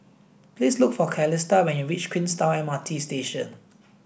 please look for Calista when you reach Queenstown M R T Station